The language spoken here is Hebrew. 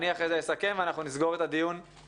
אני אסכם אחר כך ואנחנו נסגור את הדיון עכשיו.